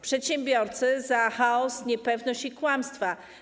Przedsiębiorców - za chaos, niepewność i kłamstwa.